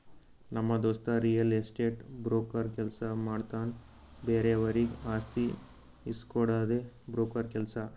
ನಮ್ ದೋಸ್ತ real estate broker ಕೆಲ್ಸ ಮಾಡ್ತಾನ್ ಬೇರೆವರಿಗ್ ಆಸ್ತಿ ಇಸ್ಕೊಡ್ಡದೆ ಬ್ರೋಕರ್ ಕೆಲ್ಸ